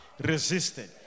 Resisted